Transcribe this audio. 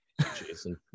Jason